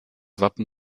wappen